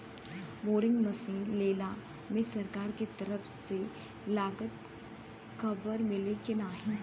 Boring machine लेला मे सरकार के तरफ से लागत कवर मिली की नाही?